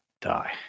die